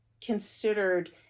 considered